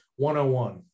101